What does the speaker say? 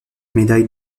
médaille